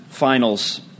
finals